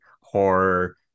horror